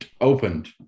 Opened